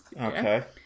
Okay